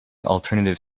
alternative